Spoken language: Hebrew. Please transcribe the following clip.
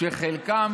שחלקן